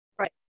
right